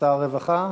שר הרווחה?